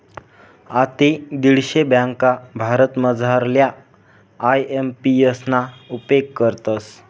आते दीडशे ब्यांका भारतमझारल्या आय.एम.पी.एस ना उपेग करतस